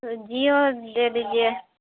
تو جیو دے دیجیے